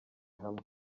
hamwe